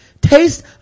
taste